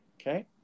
Okay